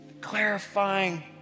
clarifying